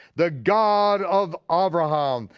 the god of abraham,